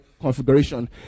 configuration